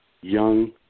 young